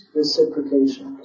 reciprocation